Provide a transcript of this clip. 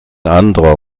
anderer